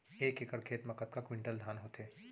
एक एकड़ खेत मा कतका क्विंटल धान होथे?